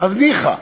אז ניחא.